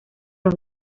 los